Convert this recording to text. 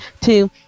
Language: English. Two